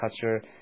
culture